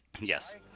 Yes